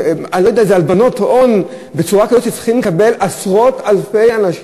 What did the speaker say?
הלבנות הון בצורה כזאת שצריכים לקבל עשרות-אלפי אנשים